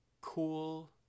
cool